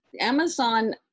Amazon